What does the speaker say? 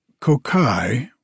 Kokai